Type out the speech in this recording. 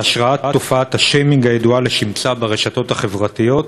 בהשראת תופעת השיימינג הידועה לשמצה ברשתות החברתיות.